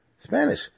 Spanish